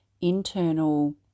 internal